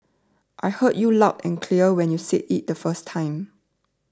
I heard you loud and clear when you said it the first time